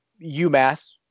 UMass